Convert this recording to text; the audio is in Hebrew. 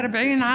בן 40,